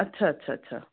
अच्छा अच्छा अच्छा